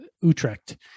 Utrecht